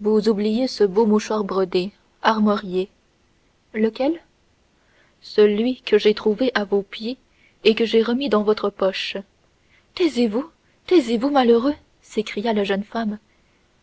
vous oubliez ce beau mouchoir brodé armorié lequel celui que j'ai trouvé à vos pieds et que j'ai remis dans votre poche taisez-vous taisez-vous malheureux s'écria la jeune femme